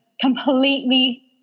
completely